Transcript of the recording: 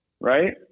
right